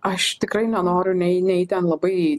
aš tikrai nenoriu nei nei ten labai